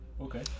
Okay